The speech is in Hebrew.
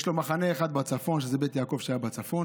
יש לו מחנה אחד בצפון, שזה בית יעקב, שהיה בצפון,